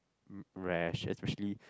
rash especially